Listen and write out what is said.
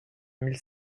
mille